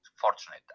fortunate